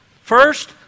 first